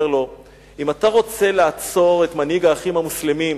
לו: אם אתה רוצה לעצור את מנהיג "האחים המוסלמים"